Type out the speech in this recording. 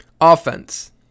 Offense